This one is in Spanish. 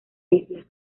isla